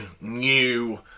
new